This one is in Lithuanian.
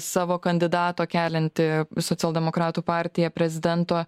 savo kandidato kelianti socialdemokratų partija prezidento